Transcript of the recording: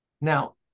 Now